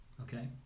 okay